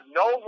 no